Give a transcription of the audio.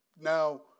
now